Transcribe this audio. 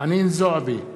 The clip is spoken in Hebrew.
חנין זועבי,